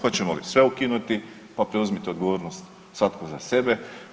Hoćemo li sve ukinuti pa preuzmite odgovornost svatko za sebe.